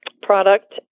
product